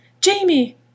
Jamie